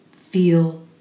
feel